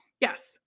Yes